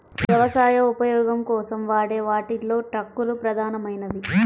వ్యవసాయ ఉపయోగం కోసం వాడే వాటిలో ట్రక్కులు ప్రధానమైనవి